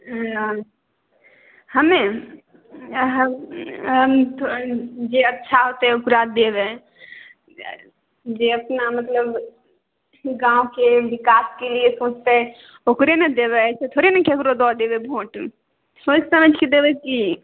नहि हमे जे अच्छा होतै ओकरा देबै जे अपना मतलब गामके विकासके लिए सोचतै ओकरे ने देबै अइसे थोड़े ने ककरो दऽ देबै भोट सोचि समझिके देबै कि